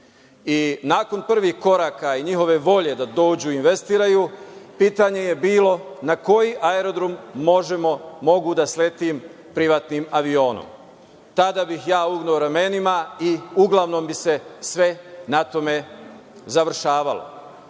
Nakon prvih koraka i njihove volje da dođu i investiraju, pitanje je bilo - na koji aerodrom mogu da sletom privatnim avionom? Tada bih ja slegnuo ramenima i uglavnom bi se sve na tome završavalo. Postoji